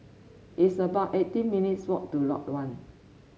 it's about eighteen minutes' walk to Lot One